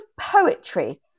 poetry